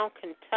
Kentucky